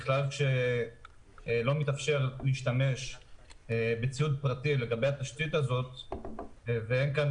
כאשר לא מתאפשר להשתמש בציוד פרטי לגבי התשתית הזאת ואין כאן